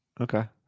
Okay